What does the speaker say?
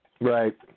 Right